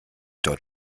dort